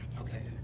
Okay